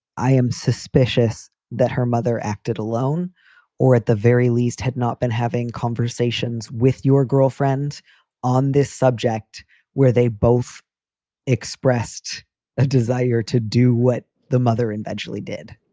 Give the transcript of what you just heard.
i am suspicious that her mother acted alone or at the very least had not been having conversations with your girlfriend on this subject where they both expressed a desire to do what the mother eventually did.